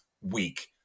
week